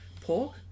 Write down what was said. pork